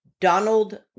Donald